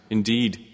Indeed